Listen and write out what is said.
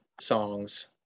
songs